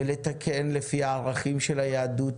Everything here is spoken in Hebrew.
ולתקן לפי הערכים של היהדות